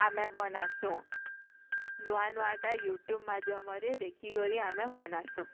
ଆମେ ବନାସୁଁ ନୂଆ ନୂଆଟା ୟୁଟ୍ୟୁବ୍ ମାଧ୍ୟମରେ ଦେଖି କରି ଆମେ ବନାସୁଁ